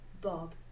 Bob